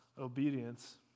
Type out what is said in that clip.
obedience